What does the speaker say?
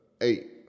eight